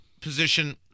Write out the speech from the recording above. position